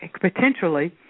potentially